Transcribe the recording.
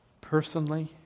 Personally